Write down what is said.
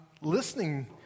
listening